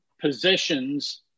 positions